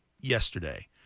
yesterday